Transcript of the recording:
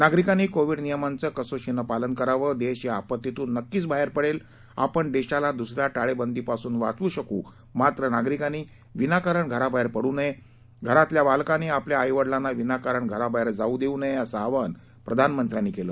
नागरिकांनी कोविड नियमांचं कसोशीनं पालन करावं देश या आपत्तीतून नक्कीच बाहेर पडेल आपण देशाला दुसऱ्या टाळेबंदीपासून वाचवू शकू मात्र नागरिकांनी विनाकारण घराबाहेर पडू नये घरातल्या बालकांनी आपल्या आईवडिलांना विनाकारण घराबाहेर जाऊ देऊ नये असं आवाहन प्रधानमंत्र्यांनी केलं